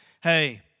Hey